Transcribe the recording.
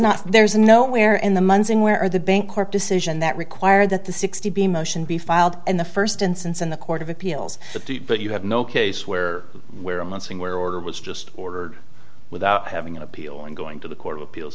not there's nowhere in the months where the bank court decision that required that the sixty motion be filed in the first instance in the court of appeals but you have no case where where i'm not seeing where order was just ordered without having an appeal and going to the court of appeals